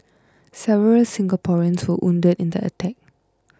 several Singaporeans were wounded in the attack